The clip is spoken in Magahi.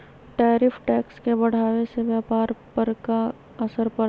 टैरिफ टैक्स के बढ़ावे से व्यापार पर का असर पड़ा हई